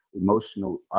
emotional